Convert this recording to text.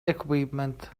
equipment